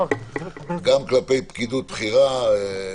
גם כלפי פקידות בכירה.